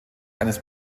eines